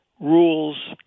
rules